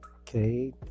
Okay